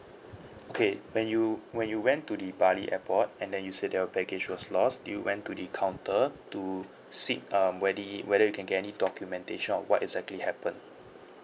okay when you when you went to the bali airport and then you said that your baggage was lost did you went to the counter to seek um whether you can get any documentation on what exactly happened